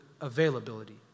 availability